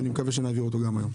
ואני מקווה שנעביר אותו היום.